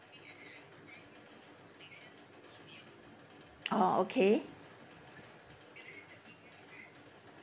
oh okay